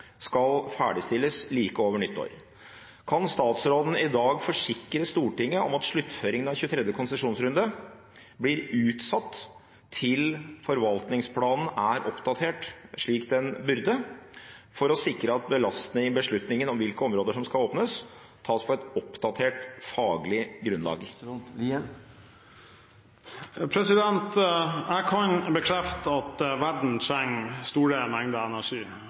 skal ferdigstilles like over nyttår. Kan statsråden i dag forsikre Stortinget om at sluttføringen av 23. konsesjonsrunde blir utsatt til forvaltningsplanen er oppdatert, slik den burde, for å sikre at beslutningen om hvilke områder som skal åpnes, tas på et oppdatert, faglig grunnlag? Jeg kan bekrefte at verden trenger store mengder energi.